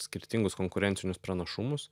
skirtingus konkurencinius pranašumus